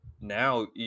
now